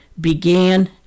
began